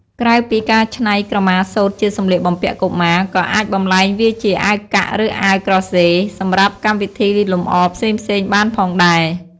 ក្រៅពីការច្នៃក្រមាសូត្រជាសម្លៀកបំពាក់កុមារ ក៏អាចបំលែងវាជា អាវកាក់ ឬ អាវក្រោះហ្សេ សម្រាប់កម្មវិធីលម្អផ្សេងៗបានផងដែរ។